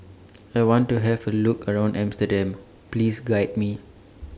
I want to Have A Look around Amsterdam Please Guide Me